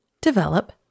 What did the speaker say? develop